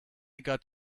got